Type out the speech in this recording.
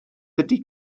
ydy